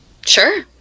Sure